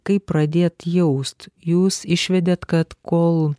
kaip pradėt jaust jūs išvedėt kad kol